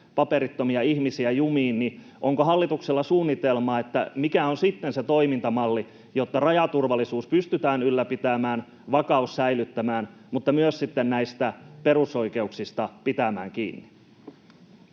paperittomia ihmisiä jumiin. Onko hallituksella suunnitelmaa, mikä on sitten se toimintamalli, jotta rajaturvallisuus pystytään ylläpitämään, vakaus säilyttämään mutta myös perusoikeuksista pitämään kiinni?